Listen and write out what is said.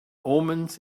omens